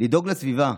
לדאוג לסביבה.